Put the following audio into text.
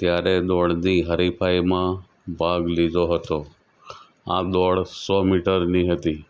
ત્યારે દોડની હરીફાઈમાં ભાગ લીધો હતો આ દોડ સો મીટરની હતી